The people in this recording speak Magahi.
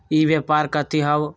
ई व्यापार कथी हव?